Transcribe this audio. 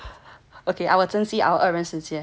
okay I will 珍惜我们二人世界